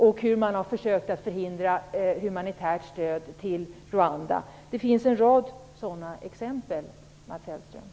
Man har också försökt förhindra humanitärt stöd till Rwanda. Det finns en rad sådana exempel, Mats Hellström.